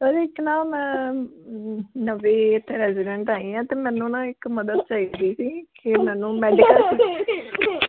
ਭਾਅ ਜੀ ਇੱਕ ਨਾ ਮੈਂ ਨਵੇਂ ਇੱਥੇ ਰੈਜੀਡੈਂਟ ਆਏ ਹਾਂ ਅਤੇ ਮੈਨੂੰ ਨਾ ਇੱਕ ਮਦਦ ਚਾਹੀਦੀ ਸੀ ਕਿ ਮੈਨੂੰ ਮੈਡੀਕਲ